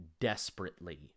desperately